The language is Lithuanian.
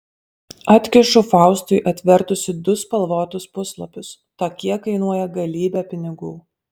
atkišu faustui atvertusi du spalvotus puslapius tokie kainuoja galybę pinigų